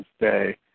Day